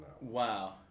Wow